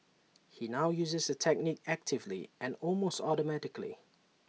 he now uses the technique actively and almost automatically